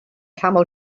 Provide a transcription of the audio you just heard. camel